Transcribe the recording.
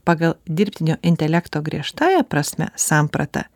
pagal dirbtinio intelekto griežtąja prasme sampratą